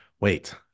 Wait